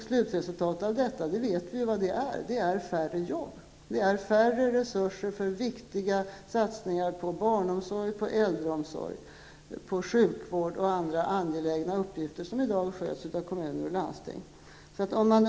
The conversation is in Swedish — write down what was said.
Slutresultatet av detta känner vi alla till: färre jobb, mindre resurser för viktiga satsningar på barnomsorg, äldreomsorg, sjukvård och andra angelägna uppgifter som i dag sköts av kommuner och landsting.